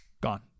gone